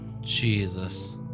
Jesus